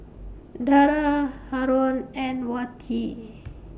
Dara Haron and Wati